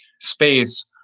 space